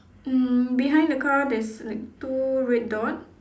um behind the car there's like two red dot